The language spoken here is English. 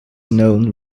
known